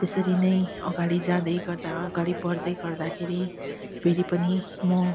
त्यसरी नै अगाडि जाँदै गर्दा अगाडि बढ्दै गर्दाखेरि फेरि पनि म